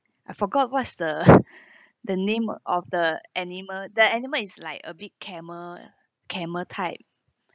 I forgot what's the the name of the animal the animal is like a big camel camel type